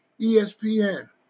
ESPN